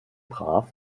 brav